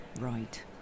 right